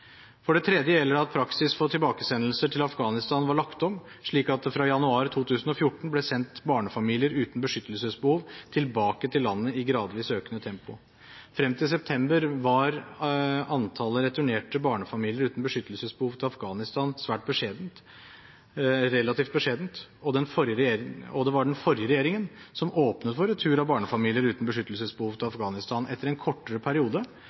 For det tredje gjelder det at praksis for tilbakesendelser til Afghanistan var lagt om, slik at det fra januar 2014 ble sendt barnefamilier uten beskyttelsesbehov tilbake til landet i gradvis økende tempo. Frem til september var antallet returnerte barnefamilier uten beskyttelsesbehov til Afghanistan relativt beskjedent. Det var den forrige regjeringen som åpnet for retur av barnefamilier uten beskyttelsesbehov til Afghanistan, etter en kortere periode